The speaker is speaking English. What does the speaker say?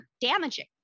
damaging